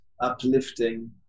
uplifting